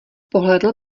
pohlédl